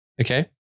okay